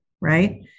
Right